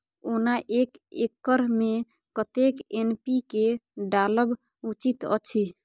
ओना एक एकर मे कतेक एन.पी.के डालब उचित अछि?